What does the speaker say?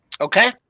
Okay